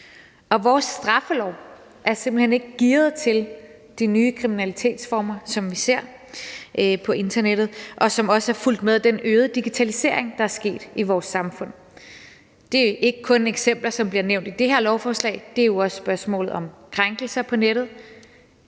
Vores straffelov er simpelt hen ikke gearet til de nye kriminalitetsformer, som vi ser på internettet, og som også har fulgt med den øgede digitalisering, der er sket i vores samfund. Det er ikke kun de eksempler, som bliver nævnt i det her lovforslag. Det er jo også et spørgsmål om krænkelser på nettet,